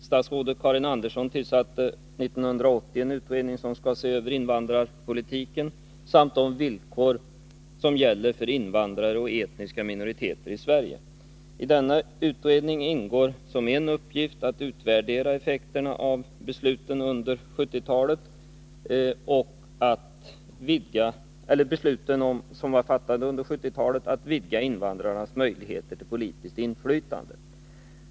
Statsrådet Karin Andersson tillsatte 1980 en utredning som skall se över invandrarpolitiken samt de villkor som gäller för invandrare och etniska minoriteter i Sverige. Denna utredning har som en uppgift att utvärdera effekterna av de beslut som fattades under 1970-talet om vidgning av invandrarnas möjligheter till politiskt inflytande.